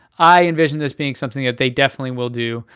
i envisioned this being something that they definitely will do.